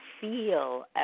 feel